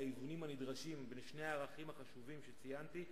האיזונים הנדרשים בין שני הערכים החשובים שציינתי.